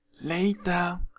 Later